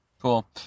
Cool